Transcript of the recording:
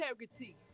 integrity